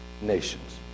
nations